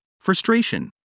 frustration